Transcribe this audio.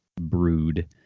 brood